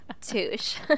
touche